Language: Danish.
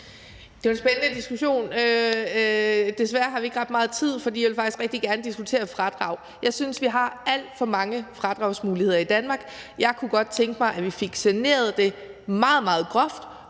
Det er jo en spændende diskussion. Desværre har vi ikke ret meget tid, for jeg vil faktisk rigtig gerne diskutere fradrag. Jeg synes, vi har alt for mange fradragsmuligheder i Danmark. Jeg kunne godt tænke mig, at vi fik saneret det meget, meget groft